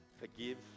forgive